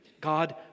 God